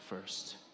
first